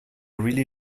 really